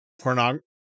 pornography